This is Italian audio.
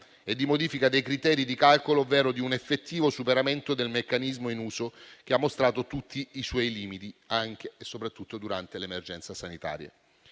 e di modifica dei criteri di calcolo, ovvero di un effettivo superamento del meccanismo in uso, che ha mostrato tutti i suoi limiti, anche e soprattutto durante l'emergenza sanitaria.